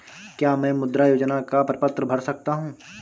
क्या मैं मुद्रा योजना का प्रपत्र भर सकता हूँ?